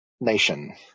nation